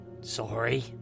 Sorry